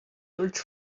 search